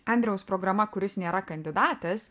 andriaus programa kuris nėra kandidatas